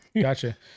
Gotcha